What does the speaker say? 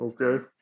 Okay